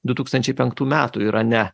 du tūkstančiai penktų metų irane